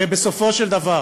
הרי בסופו של דבר